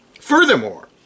Furthermore